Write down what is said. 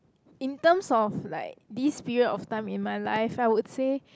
in terms of like this period of time in my life I would say